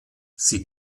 sie